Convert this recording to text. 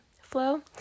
flow